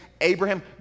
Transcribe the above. Abraham